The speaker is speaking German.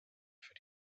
für